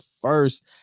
first